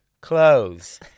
clothes